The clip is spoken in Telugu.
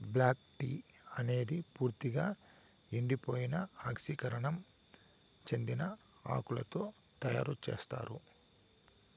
బ్లాక్ టీ అనేది పూర్తిక ఎండిపోయి ఆక్సీకరణం చెందిన ఆకులతో తయారు చేత్తారు